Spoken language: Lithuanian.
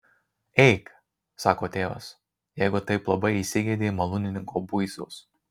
eik sako tėvas jeigu taip labai įsigeidei malūnininko buizos